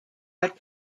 are